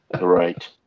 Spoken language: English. Right